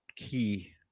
key